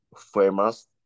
famous